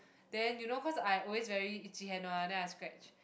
then you know cause I always very itchy hand one then I scratch